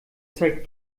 zeigt